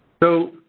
so,